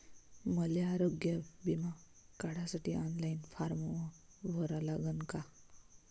मले आरोग्य बिमा काढासाठी ऑनलाईन फारम भरा लागन का?